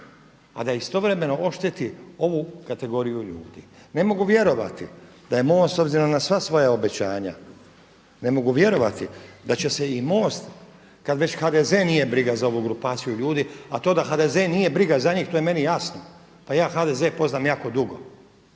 a da istovremeno ošteti ovu kategoriju ljudi. Ne mogu vjerovati da je MOST s obzirom na sva svoja obećanja, ne mogu vjerovati da će se i MOST kada već HDZ nije briga za ovu grupaciju ljudi, a to da HDZ nije briga za njih, to je meni jasno, pa ja HDZ poznajem jako dugo.